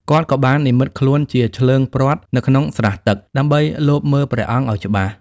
គាត់ក៏បាននិម្មិតខ្លួនជា ឈ្លើងព្រ័ត្រ នៅក្នុងស្រះទឹក ដើម្បីលបមើលព្រះអង្គឱ្យច្បាស់។